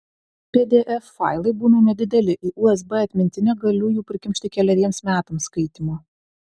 pdf failai būna nedideli į usb atmintinę galiu jų prikimšti keleriems metams skaitymo